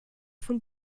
von